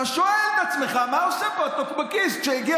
אתה שואל את עצמך מה עושה פה הטוקבקיסט שהגיע